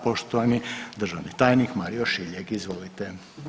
Poštovani državni tajnik Mario Šiljeg, izvolite.